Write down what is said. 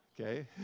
Okay